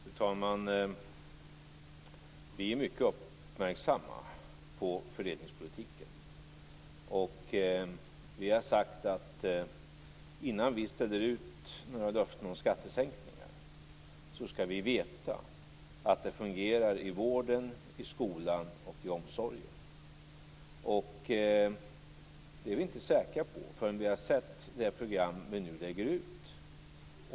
Fru talman! Vi är mycket uppmärksamma på fördelningspolitiken. Vi har sagt att innan vi ställer ut några löften om skattesänkningar skall vi veta att det fungerar i vården, i skolan och i omsorgen. Det är vi inte säkra på förrän vi har sett resultatet av det program vi nu lägger ut.